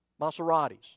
Maseratis